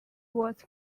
was